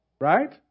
right